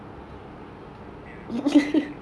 savage love ya I don't know but then like